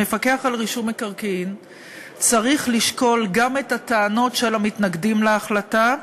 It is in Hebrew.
המפקח על רישום מקרקעין צריך לשקול גם את הטענות של המתנגדים להחלטה,